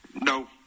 no